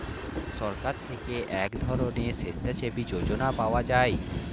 সরকার থেকে এক ধরনের স্বেচ্ছাসেবী যোজনা পাওয়া যায়